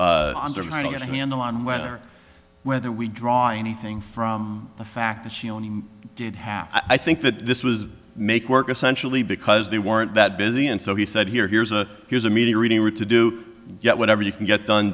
trying to get a handle on when or whether we draw anything from the fact that she only did half i think that this was make work essential me because they weren't that busy and so he said here here's a here's a meeting reading were to do yet whatever you can get done